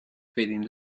feeling